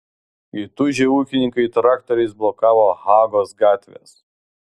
įtūžę ūkininkai traktoriais blokavo hagos gatves